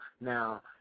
now